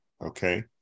okay